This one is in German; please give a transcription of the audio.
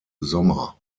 sommer